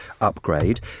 upgrade